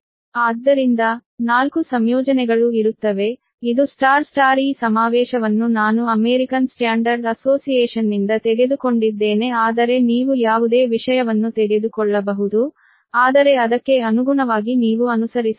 ಆದ್ದರಿಂದ 4 ಸಂಯೋಜನೆಗಳು ಇರುತ್ತವೆ ಇದು ಸ್ಟಾರ್ ಸ್ಟಾರ್ ಈ ಸಮಾವೇಶವನ್ನು ನಾನು ಅಮೇರಿಕನ್ ಸ್ಟ್ಯಾಂಡರ್ಡ್ ಅಸೋಸಿಯೇಷನ್ನಿಂದ ತೆಗೆದುಕೊಂಡಿದ್ದೇನೆ ಆದರೆ ನೀವು ಯಾವುದೇ ವಿಷಯವನ್ನು ತೆಗೆದುಕೊಳ್ಳಬಹುದು ಆದರೆ ಅದಕ್ಕೆ ಅನುಗುಣವಾಗಿ ನೀವು ಅನುಸರಿಸಬೇಕು